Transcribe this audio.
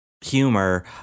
humor